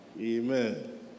Amen